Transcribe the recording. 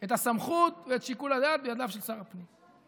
את הסמכות ואת שיקול הדעת בידיו של שר הפנים.